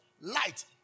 Light